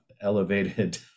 elevated